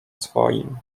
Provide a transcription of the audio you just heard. swoim